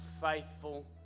faithful